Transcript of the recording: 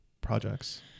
projects